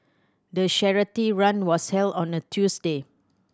the run was held on a Tuesday